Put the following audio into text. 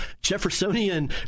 Jeffersonian